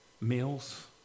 meals